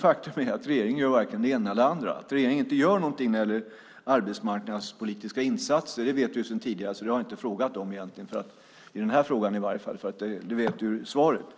Faktum är att regeringen varken gör det ena eller det andra. Att regeringen inte gör någonting när det gäller arbetsmarknadspolitiska insatser vet vi sedan tidigare. Det har jag inte frågat om i den här interpellationen, för det vet jag svaret på.